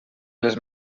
les